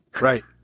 Right